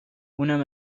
اونم